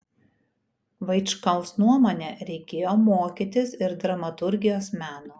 vaičkaus nuomone reikėjo mokytis ir dramaturgijos meno